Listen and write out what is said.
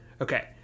Okay